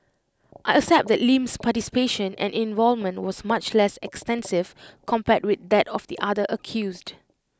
I accept that Lim's participation and involvement was much less extensive compared with that of the other accused